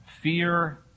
fear